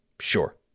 Sure